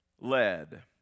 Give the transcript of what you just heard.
led